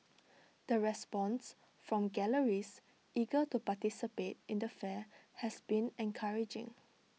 the response from galleries eager to participate in the fair has been encouraging